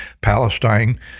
Palestine